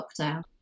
lockdown